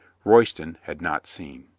royston had not seen.